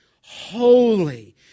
holy